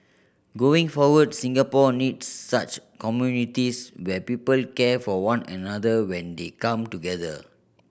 going forward Singapore needs such communities where people care for one another when they come together